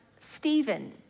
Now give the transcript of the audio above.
Stephen